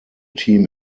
team